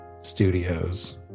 studios